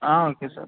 okay sir